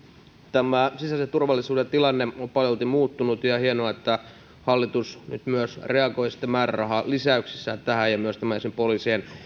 tämä sisäisen turvallisuuden tilanne on paljolti muuttunut ja ja hienoa että hallitus nyt myös reagoi sitten määrärahalisäyksissään tähän myöskin poliisien